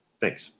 thanks